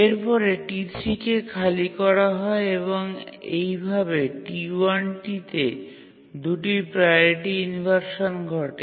এরপর T3 কে খালি করা হয় এবং এইভাবে T1 টিতে ২ টি প্রাওরিটি ইনভারসান ঘটে